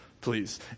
please